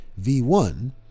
V1